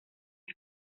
sky